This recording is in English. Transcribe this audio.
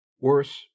Worse